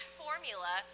formula